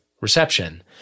reception